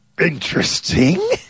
interesting